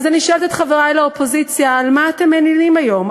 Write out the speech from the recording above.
אז אני שואלת את חברי האופוזיציה: על מה אתם מלינים היום,